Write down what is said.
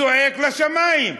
צועק לשמים.